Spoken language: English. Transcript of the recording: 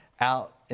out